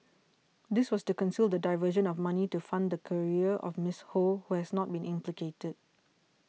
this was to conceal the diversion of money to fund the career of Miss Ho who has not been implicated